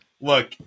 Look